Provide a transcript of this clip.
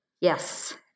Yes